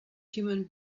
human